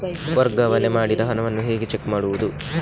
ವರ್ಗಾವಣೆ ಮಾಡಿದ ಹಣವನ್ನು ಹೇಗೆ ಚೆಕ್ ಮಾಡುವುದು?